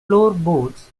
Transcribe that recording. floorboards